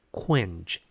quench